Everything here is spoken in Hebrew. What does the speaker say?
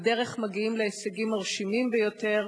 ובדרך מגיעים להישגים מרשימים ביותר.